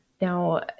Now